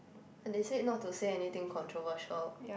but they said not to say anything controversial